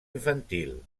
infantil